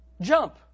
Jump